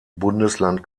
bundesland